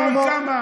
יש לי עוד כמה.